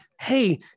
Hey